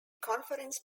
conference